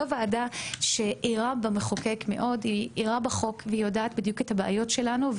ועדה שערה מאוד בחוק והיא יודעת בדיוק את הבעיות שלנו.